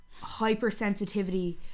Hypersensitivity